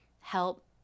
help